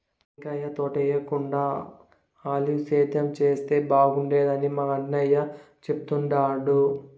టెంకాయ తోటేయేకుండా ఆలివ్ సేద్యం చేస్తే బాగుండేదని మా అయ్య చెప్తుండాడు